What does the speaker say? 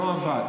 לא הוועד.